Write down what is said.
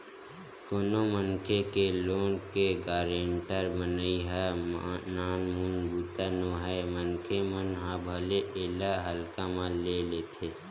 कोनो मनखे के लोन के गारेंटर बनई ह नानमुन बूता नोहय मनखे मन ह भले एला हल्का म ले लेथे